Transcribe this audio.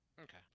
Okay